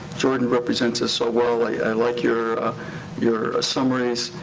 jordan represents us so well. i like your ah your summaries.